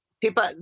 people